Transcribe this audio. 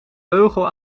beugel